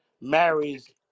marries